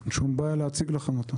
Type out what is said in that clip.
אין שום בעיה להציג לכם אותו.